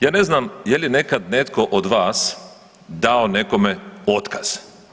Ja ne znam je li nekada netko od vas dao nekome otkaz.